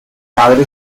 madre